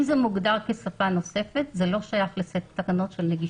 אם זה מוגדר כשפה נוספת זה לא שייך לסט התקנות של הנגישות.